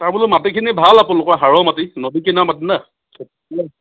তাৰ বোলো মাটিখিনি ভাল আপোনালোকৰ সাৰৰ মাটি নদী কিনাৰৰ মাটি না